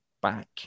back